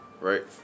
right